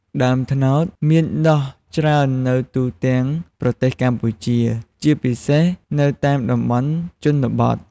ដើមត្នោតមានដុះច្រើននៅទូទាំងប្រទេសកម្ពុជា ជាពិសេសនៅតាមតំបន់ជនបទ។